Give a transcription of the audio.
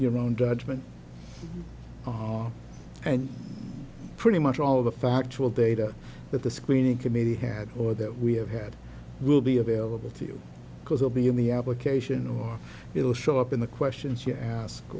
your own judgment oh and pretty much all of the factual data that the screening committee had or that we have had will be available to you because they'll be in the application or it'll show up in the questions you ask